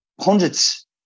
hundreds